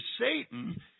Satan